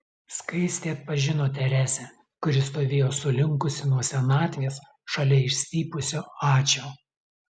skaistė atpažino teresę kuri stovėjo sulinkusi nuo senatvės šalia išstypusio ačio